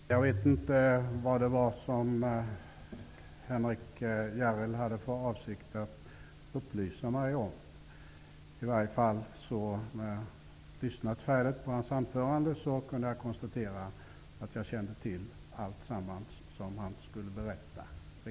Fru talman! Jag vet inte vad det var Henrik Järrel hade för avsikt att upplysa mig om. När jag hade lyssnat färdigt på hans anförande kunde jag konstatera att jag redan i förväg kände till allt som han berättade.